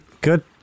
Good